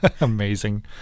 amazing